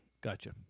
Gotcha